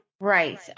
Right